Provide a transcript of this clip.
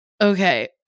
okay